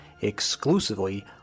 exclusively